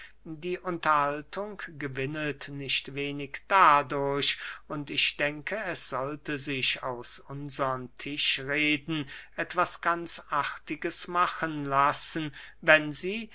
die unterhaltung gewinnet nicht wenig dadurch und ich denke es sollte sich aus unsern tischreden etwas ganz artiges machen lassen wenn sie